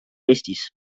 eestis